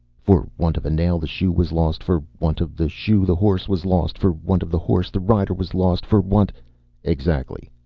for want of a nail the shoe was lost. for want of the shoe the horse was lost. for want of the horse the rider was lost. for want exactly.